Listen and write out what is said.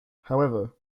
however